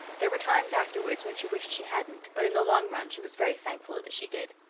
there were times afterwards when she wished she hadn't, but in the long run she was very thankful that she did.